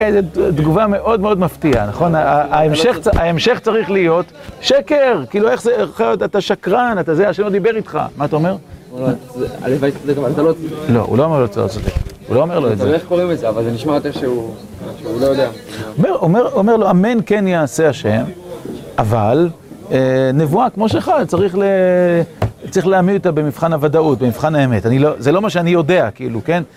תגובה מאוד מאוד מפתיעה, נכון? ההמשך צריך להיות שקר! כאילו איך זה אתה שקרן, אתה זה, השם לא דיבר איתך מה אתה אומר? לא, הוא לא אמר לו איך קוראים את זה? אבל זה נשמע יותר שהוא לא יודע אומר לו, אמן כן יעשה השם, אבל נבואה כמו שלך, צריך צריך להעמיד אותה במבחן הוודאות, במבחן האמת, זה לא מה שאני יודע כאילו, כן?